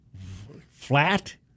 Flat